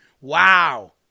Wow